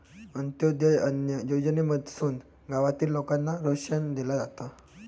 अंत्योदय अन्न योजनेमधसून गावातील लोकांना रेशन दिला जाता